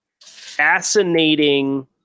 fascinating